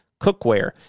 cookware